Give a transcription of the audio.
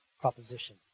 proposition